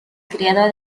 creador